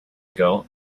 ago